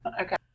Okay